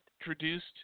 introduced